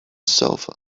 sofa